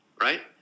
right